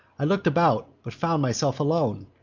i look'd about, but found myself alone,